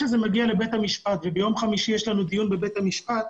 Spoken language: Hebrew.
כשזה מגיע לבית המשפט וביום חמישי יש לנו דיון בבית המשפט,